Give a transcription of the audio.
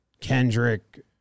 Kendrick